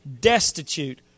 destitute